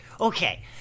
Okay